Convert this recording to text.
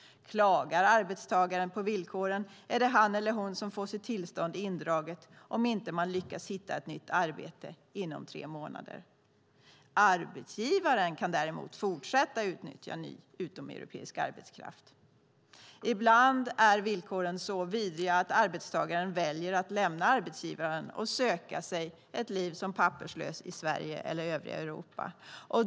Om man som arbetstagare klagar på villkoren får man sitt tillstånd indraget om man inte lyckas hitta ett nytt arbete inom tre månader. Arbetsgivaren kan däremot fortsätta att utnyttja ny utomeuropeisk arbetskraft. Ibland är villkoren så vidriga att arbetstagaren väljer att lämna arbetsgivaren och söka sig ett liv som papperslös i Sverige eller övriga Europa.